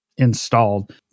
Installed